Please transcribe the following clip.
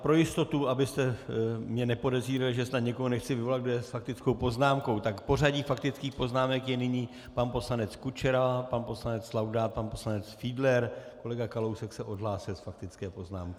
Pro jistotu, abyste mě nepodezírali, že snad někoho nechci vyvolat s faktickou poznámkou, tak pořadí faktických poznámek je nyní: pan poslanec Kučera, pan poslanec Laudát, pan poslanec Fiedler, kolega Kalousek se odhlásil z faktické poznámky.